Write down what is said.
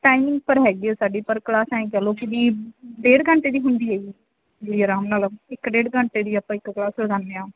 timing ਪਰ ਹੈਗੀ ਆ ਸਾਡੀ ਪਰ ਕਲਾਸ ਐਂਏ ਕਹਿ ਲਉ ਕਿ ਵੀ ਡੇਢ ਘੰਟੇ ਦੀ ਹੁੰਦੀ ਹੈਗੀ ਵੀ ਆਰਾਮ ਨਾਲ ਇੱਕ ਡੇਢ ਘੰਟੇ ਦੀ ਆਪਾਂ ਇੱਕ ਕਲਾਸ ਲਗਾਉਂਦੇ ਹਾਂ